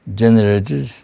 generated